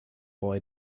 boy